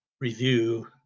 review